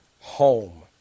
home